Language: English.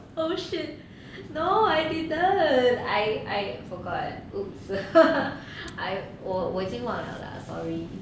oh shit no I didn't I I so called !oops! I 我我已经忘了 leh sorry